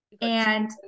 And-